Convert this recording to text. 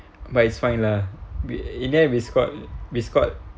but it's fine lah in the end we scored we scored